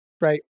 Right